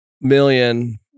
million